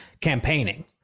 campaigning